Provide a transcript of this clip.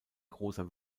großer